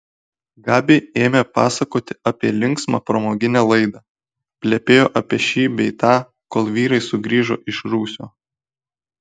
gabi ėmė pasakoti apie linksmą pramoginę laidą plepėjo apie šį bei tą kol vyrai sugrįžo iš rūsio